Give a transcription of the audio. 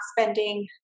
spending